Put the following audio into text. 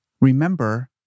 Remember